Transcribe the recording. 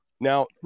Now